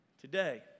Today